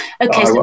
Okay